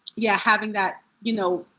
yeah. having that you know,